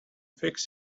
fix